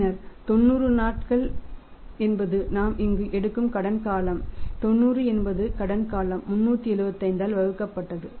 பின்னர் 90 என்பது நாம் இங்கு எடுக்கும் கடன் காலம் 90 என்பது கடன் காலம் 375 ஆல் வகுக்கப்பட்டது